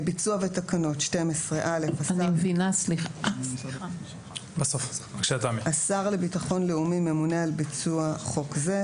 "ביצוע ותקנות 12. (א) השר לביטחון לאומי ממונה על ביצוע חוק זה,